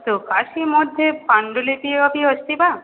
अस्तु काशी मध्ये पाण्डुलिपिः अपि अस्ति वा